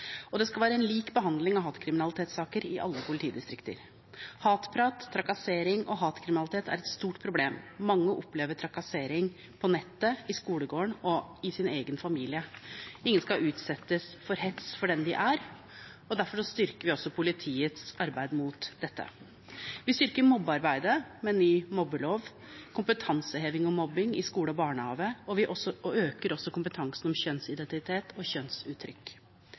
og det skal være en lik behandling av hatkriminalitetssaker i alle politidistrikter. Hatprat, trakassering og hatkriminalitet er et stort problem. Mange opplever trakassering på nettet, i skolegården og i sin egen familie. Ingen skal utsettes for hets for den de er, og derfor styrker vi politiets arbeid mot dette. Vi styrker mobbearbeidet med ny mobbelov, vi hever kompetansen om mobbing i skole og barnehage, og vi øker også kompetansen om kjønnsidentitet og om kjønnsuttrykk.